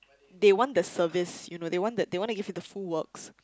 they want the service you know they want the they want to give you the full works